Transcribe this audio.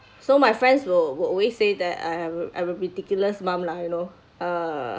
so my friends will will always say that I have I'm a ridiculous mum lah you know uh